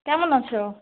কেমন আছো